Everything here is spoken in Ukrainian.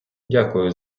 дякую